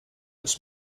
this